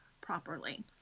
properly